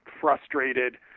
frustrated